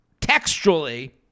textually